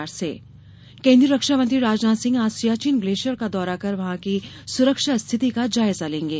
राजनाथ दौरा केन्द्रीय रक्षा मंत्री राजनाथ सिंह आज सियाचिन ग्लेशियर का दौरा कर वहां की सुरक्षा स्थिति का जायजा लेंगे